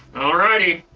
alright-y.